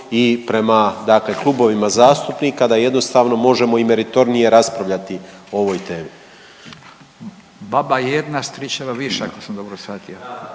i prema klubovima zastupnika da jednostavno možemo i meritornije raspravljati o ovoj temi. **Radin, Furio (Nezavisni)** Baba jedna stričeva više ako sam dobro shvatio.